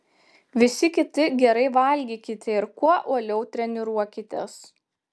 visi kiti gerai valgykite ir kuo uoliau treniruokitės